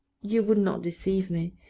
you would not deceive me,